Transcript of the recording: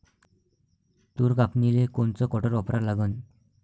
तूर कापनीले कोनचं कटर वापरा लागन?